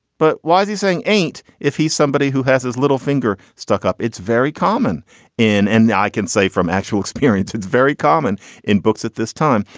but why is he saying ain't if he's somebody who has his little finger stuck up? it's very common in, and i can say from actual experience, it's very common in books at this time,